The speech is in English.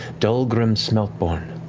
dulgrim smeltborne,